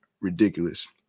ridiculous